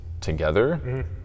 together